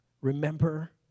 remember